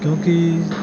ਕਿਉਂਕਿ